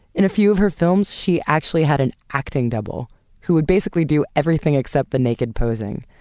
in a few of her films she actually had an acting double who would basically do everything except the naked posing.